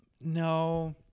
No